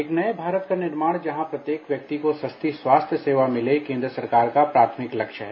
एक नये भारत का निर्माण जहां प्रत्येक व्यक्ति को सस्ती स्वास्थ्य सेवाएं मिले सरकार का प्राथमिक लक्ष्य है